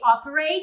operate